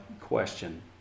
question